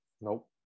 nope